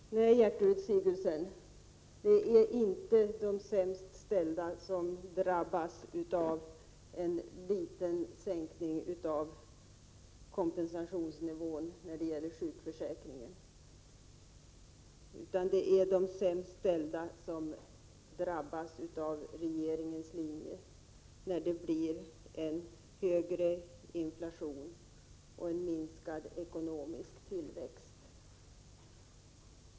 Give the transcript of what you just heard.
Herr talman! Nej, Gertrud Sigurdsen, det är inte de sämst ställda som drabbas av en liten sänkning av kompensationsnivån i sjukförsäkringen, utan de sämst ställda drabbas av regeringens linje när det blir en högre inflationstakt och minskad ekonomisk tillväxt.